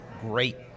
great